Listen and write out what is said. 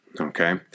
Okay